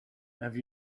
have